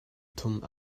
thum